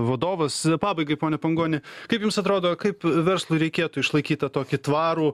vadovas pabaigai pone pangoni kaip jums atrodo kaip verslui reikėtų išlaikyt tą tokį tvarų